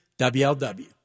wlw